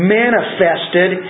manifested